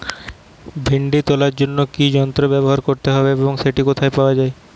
ভিন্ডি তোলার জন্য কি যন্ত্র ব্যবহার করতে হবে এবং সেটি কোথায় পাওয়া যায়?